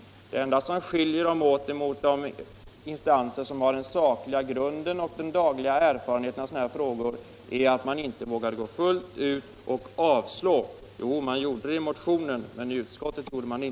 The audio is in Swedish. Det enda som skiljer utskottet och fp-reservanten från de instanser som har den sakliga grunden och de dagliga erfarenheterna av sådana här frågor är att man inte vågar ta steget fullt ut och avstyrka propositionen.